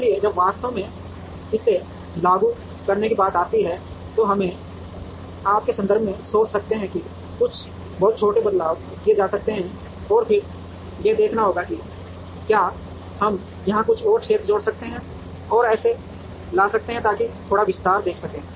इसलिए जब वास्तव में इसे लागू करने की बात आती है तो हम आपके संदर्भ में सोच सकते हैं कि कुछ बहुत छोटे बदलाव किए जा सकते हैं और फिर यह देखना होगा कि क्या हम यहां कुछ और क्षेत्र जोड़ सकते हैं और इसे ला सकते हैं ताकि हम थोड़ा विस्तार देख सकें